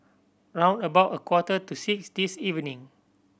round about a quarter to six this evening